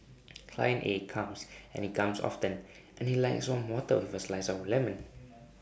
client A comes and he comes often and he likes warm water with A slice of lemon